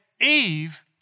Eve